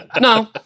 No